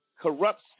corrupt